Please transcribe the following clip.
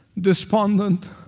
despondent